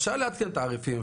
אפשר לעדכן תעריפים,